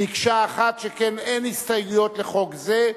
מקשה אחת, שכן אין הסתייגויות לחוק זה.